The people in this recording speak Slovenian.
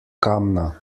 kamna